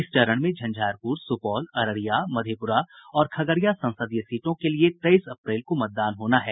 इस चरण में झंझारपुर सुपौल अररिया मधेपुरा और खगड़िया संसदीय सीटों के लिए तेईस अप्रैल को मतदान होना है